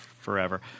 forever